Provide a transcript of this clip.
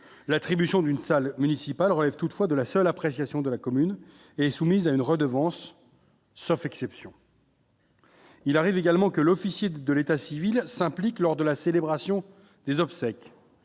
l'attribution d'une salle municipale relève toutefois de la seule appréciation de la commune est soumis à une redevance sauf exception. Il arrive également que l'officier de l'état civil s'implique lors de la célébration des obsèques,